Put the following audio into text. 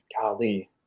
Golly